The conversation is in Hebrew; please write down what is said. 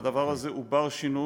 והדבר הזה הוא בר-שינוי.